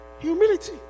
Humility